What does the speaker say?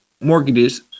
mortgages